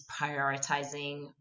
prioritizing